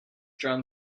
drum